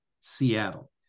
Seattle